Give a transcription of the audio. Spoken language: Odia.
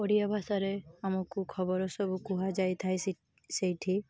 ଓଡ଼ିଆ ଭାଷାରେ ଆମକୁ ଖବର ସବୁ କୁହାଯାଇଥାଏ ସେଇଠି